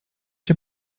się